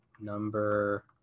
number